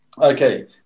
Okay